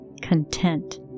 content